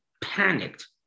panicked